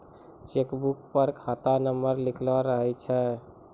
cheque book पर खाता number लिखलो रहै छै